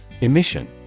EMISSION